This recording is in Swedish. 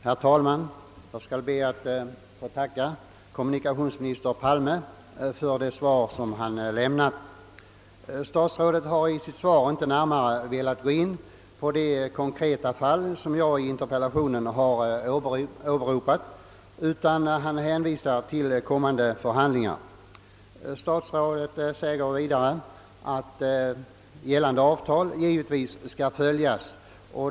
Herr talman! Jag skall be att få tacka kommunikationsminister Palme för det svar han lämnat. Statsrådet har inte i sitt svar velat gå närmare in på de konkreta fall jag åberopat i interpellationen, utan han hänvisar till kommande förhandlingar. Statsrådet säger vidare, att gällande avtal givetvis skall följas.